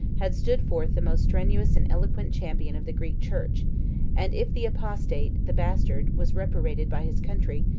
had stood forth the most strenuous and eloquent champion of the greek church and if the apostate, the bastard, was reprobated by his country,